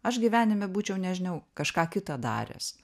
aš gyvenime būčiau nežinau kažką kitą daręs